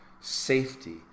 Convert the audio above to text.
safety